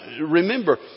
remember